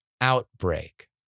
outbreak